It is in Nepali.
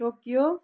टोकियो